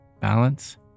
Balance